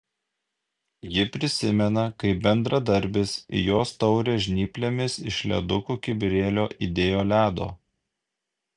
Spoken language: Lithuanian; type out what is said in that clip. ji prisimena kaip bendradarbis į jos taurę žnyplėmis iš ledukų kibirėlio įdėjo ledo